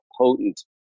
potent